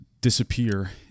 disappear